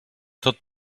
tot